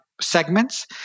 segments